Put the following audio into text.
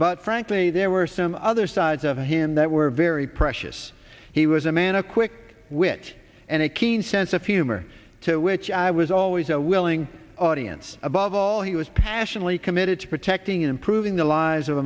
but frankly there were some other sides of him that were very precious he was a man a quick wit and a keen sense of humor to which i was always a willing audience above all he was passionately committed to protecting improving the lives of